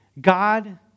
God